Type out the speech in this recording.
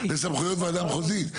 לסמכויות של הוועדה המחוזית.